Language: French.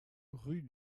rue